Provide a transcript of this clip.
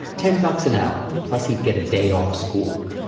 ten bucks an hour, plus he'd get a day off school.